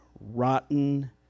rotten